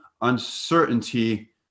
uncertainty